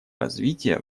развития